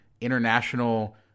international